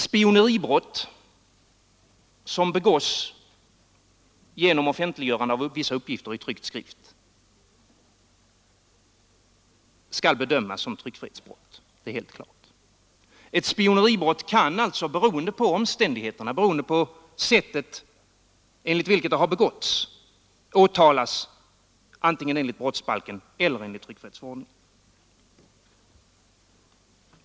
Spioneribrott som begås genom offentliggörande av vissa uppgifter i tryckt skrift skall bedömas som tryckfrihetsbrott — det är helt klart. Ett spioneribrott kan alltså beroende på omständigheterna, beroende på sättet enligt vilket det har begåtts, åtalas antingen enligt brottsbalken eller också enligt tryckfrihetsförordningen.